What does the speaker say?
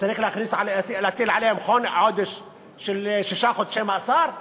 צריך להטיל עליהם שישה חודשי מאסר?